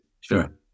Sure